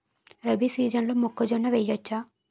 రబీ సీజన్లో మొక్కజొన్న వెయ్యచ్చా?